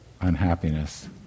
unhappiness